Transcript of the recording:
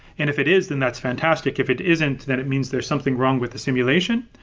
and if it is, then that's fantastic. if it isn't, then it means there's something wrong with the simulation.